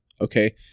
Okay